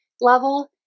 level